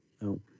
No